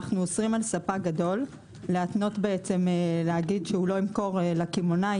אנו אוסרים על ספק גדול לומר שלא ימכור לקמעונאי